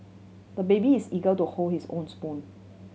the baby is eager to hold his own spoon